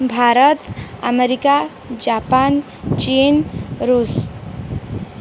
Bharat America Japan ଚୀନ୍ ଋଷ